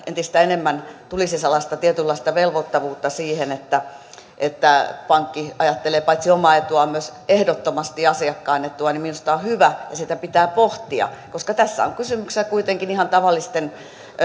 entistä enemmän tulisi sellaista tietynlaista velvoittavuutta siihen että että pankki ajattelee paitsi omaa etuaan myös ehdottomasti asiakkaan etua minusta on on hyvä ja sitä pitää pohtia koska tässä on kysymyksessä kuitenkin ihan tavallisten